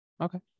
Okay